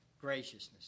graciousness